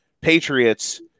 Patriots